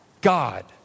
God